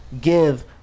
give